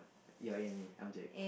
yelling at me I'm Jack